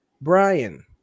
Brian